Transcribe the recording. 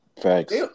Facts